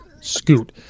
scoot